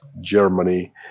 Germany